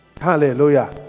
Hallelujah